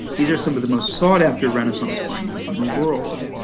these are some of the most sought after renaissance bindings in the world.